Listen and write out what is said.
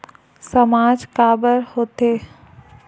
सामाज काबर हो थे?